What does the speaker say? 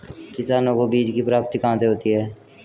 किसानों को बीज की प्राप्ति कहाँ से होती है?